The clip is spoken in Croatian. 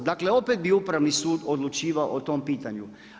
Dakle, opet bi Upravni sud odlučivao o tom pitanju.